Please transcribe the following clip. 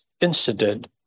incident